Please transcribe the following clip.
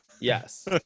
yes